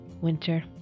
winter